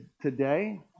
today